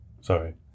sorry